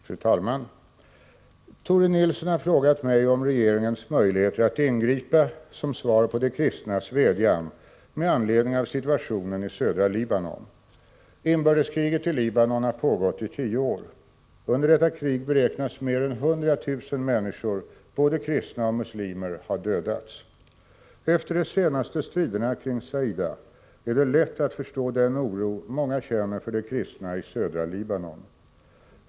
Fru talman! Tore Nilsson har frågat mig om regeringens möjligheter att ingripa som svar på de kristnas vädjan med anledning av situationen i södra Libanon. Inbördeskriget i Libanon har pågått i tio år. Under detta krig beräknas mer än hundratusen människor både kristna och muslimer ha dödats. Efter de senaste striderna kring Saida är det lätt att förstå den oro många känner för de kristna i södra Libanon.